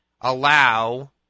allow